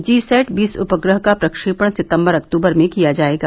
GSAT बीस उपग्रह का प्रक्षेपण सितंबर अक्तूबर में किया जाएगा